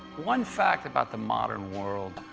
one fact about the modern world,